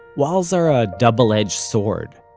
walls are a double-edged sword.